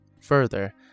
Further